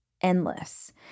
endless